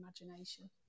imagination